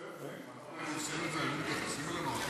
אתה חושב שאם אנחנו היינו עושים את זה היו מתייחסים אלינו אחרת?